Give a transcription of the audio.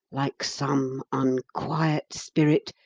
like some unquiet spirit,